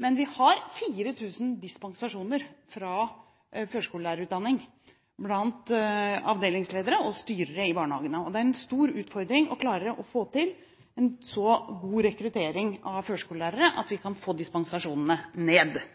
Men vi har 4 000 dispensasjoner fra førskolelærerutdanning blant avdelingsledere og styrere i barnehagene. Det er en stor utfordring å klare å få til en så god rekruttering av førskolelærere at vi kan få ned antallet dispensasjoner.